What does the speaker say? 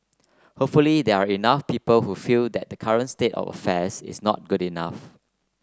hopefully there are enough people who feel that current state of affairs is not good enough